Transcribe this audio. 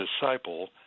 disciple